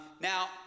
Now